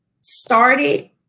started